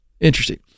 interesting